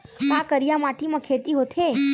का करिया माटी म खेती होथे?